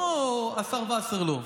לא השר וסרלאוף,